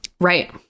right